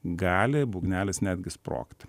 gali būgnelis netgi sprogti